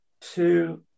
two